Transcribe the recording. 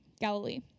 Galilee